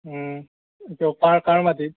এইটো কাৰ কাৰ মাটিত